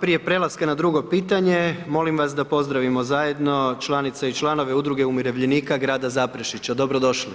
Prije prelaska na drugo pitanje, molim vas da pozdravimo zajedno, članove i članice Udruge umirovljenika grada Zaprešića, dobrodošli. …